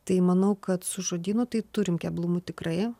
tai manau kad su žodynu tai turim keblumų tikrai